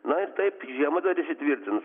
na ir taip žiema dar įsitvirtintis